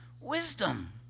Wisdom